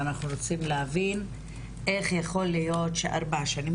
אנחנו רוצים להבין איך יכול להיות שארבע שנים,